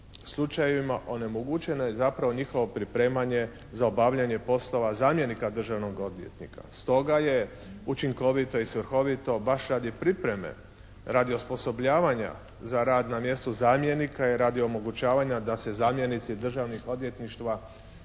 slučajevima onemogućeno je zapravo njihovo pripremanje za obavljanje poslova zamjenika državnog odvjetnika. Stoga je učinkovito i svrhovito baš radi pripreme, radi osposobljavanja za rad na mjestu zamjenika i radi omogućavanja da se zamjenici državnih odvjetništva